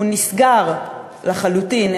הוא נסגר לחלוטין,